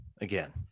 again